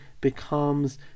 becomes